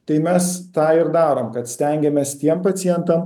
tai mes tą ir darom kad stengiamės tiem pacientam